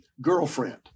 girlfriend